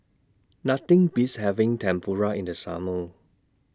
Nothing Beats having Tempura in The Summer